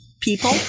people